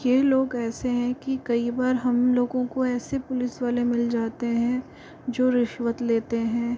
ये लोग ऐसे हैं कि कई बार हम लोगों को ऐसे पुलिस वाले मिल जाते हैं जो रिश्वत लेते हैं